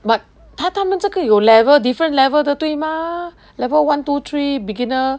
but 他他们这个有 level different level 的对吗 level one two three beginner